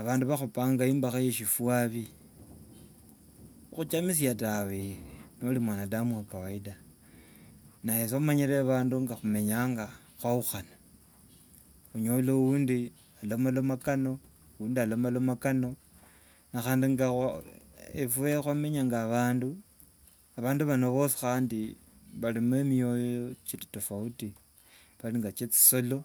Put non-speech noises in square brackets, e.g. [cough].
Abandu bakhupanga imbakha ya shifwavi huchamisha tawe, nori mwanadamu wa kawaida [noise] naye somanyire abandu nga khumenyanga khwaukhana. Onyola oundi alomaloma kano oundi alomaloma kano na khandi nga [hesitation] efwe khwamenya nga bandu bandu bano bosi handi barimo mioyo chiri tofauti bandi nga chechisolo.